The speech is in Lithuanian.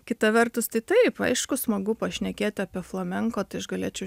kita vertus tai taip aišku smagu pašnekėti apie flamenko tai aš galėčiau